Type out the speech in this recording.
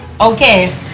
Okay